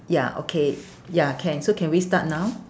ya okay ya can so can we start now